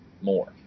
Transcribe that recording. more